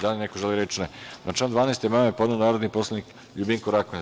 Da li neko želi reč? (Ne) Na član 12. amandman je podneo narodni poslanik LJubinko Rakonjac.